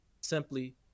Simply